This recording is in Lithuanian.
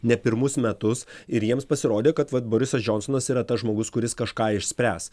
ne pirmus metus ir jiems pasirodė kad vat borisas džonsonas yra tas žmogus kuris kažką išspręs